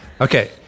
Okay